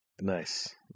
Nice